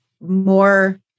more